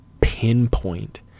pinpoint